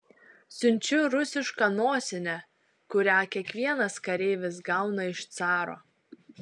siunčiu rusišką nosinę kurią kiekvienas kareivis gauna iš caro